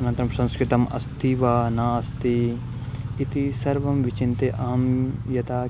अनन्तरं संस्कृतम् अस्ति वा नास्ति इति सर्वं विचिन्त्य अहं यदा